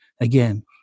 Again